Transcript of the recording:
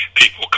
people